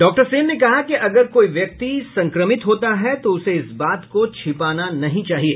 doctor Sen ने कहा कि अगर कोई संक्रमित होता है तो उसे इस बात को छिपाना नहीं चाहिए